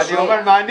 אתה מוזמן.